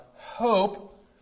Hope